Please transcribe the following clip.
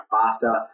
faster